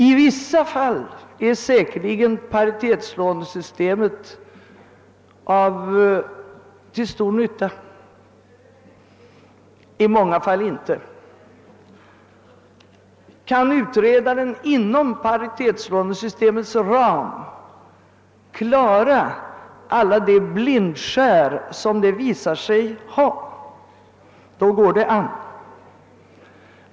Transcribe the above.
I vissa fall är säkerligen paritetslånesystemet till stor nytta, i många fall inte. Kan utredaren inom paritetslånesystemets ram klara alla de blindskär som det visar sig ha, är det bra.